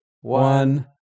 one